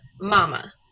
mama